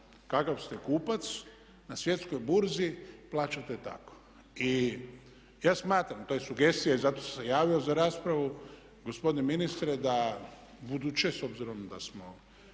kakav ste kupac na svjetskoj burzi plaćate tako. I ja smatram, to je sugestija i zato sam se javio za raspravu, gospodine ministre da u buduće, s obzirom da smo